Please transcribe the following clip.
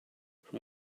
from